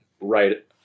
right